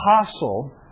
apostle